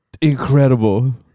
Incredible